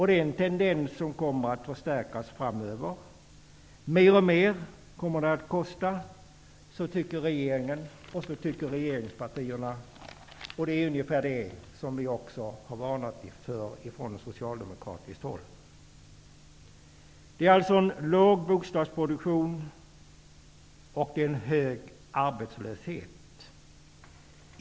Denna tendens kommer att förstärkas framöver. Det kommer att kosta mer och mer. Så tycker regeringen och regeringspartierna. Det är vad vi också har varnat för från socialdemokratiskt håll. Vi har alltså en låg bostadsproduktion och en hög arbetslöshet.